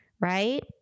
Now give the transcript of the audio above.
right